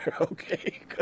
okay